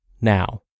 now